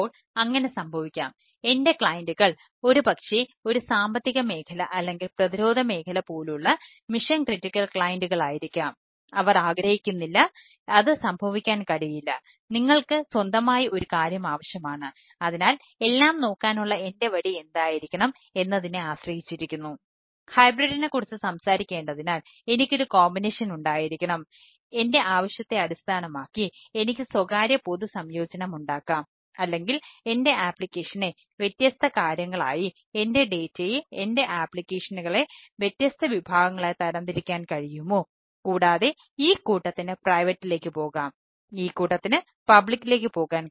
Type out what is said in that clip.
ഇപ്പോൾ അങ്ങനെ സംഭവിക്കാം എന്റെ ക്ലയന്റുകൾ തരങ്ങളിലേക്കും പോകാം